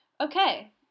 okay